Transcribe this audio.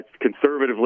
conservatively